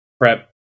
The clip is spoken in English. prep